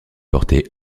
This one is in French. portée